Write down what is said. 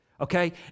Okay